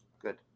Good